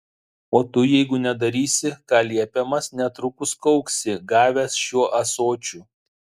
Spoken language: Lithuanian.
o tu jeigu nedarysi ką liepiamas netrukus kauksi gavęs šiuo ąsočiu